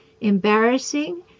embarrassing